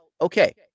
Okay